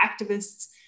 activists